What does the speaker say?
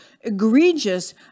egregious